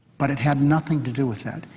but it had nothing to do with that.